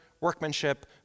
workmanship